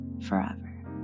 forever